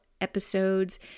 episodes